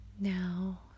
Now